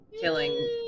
killing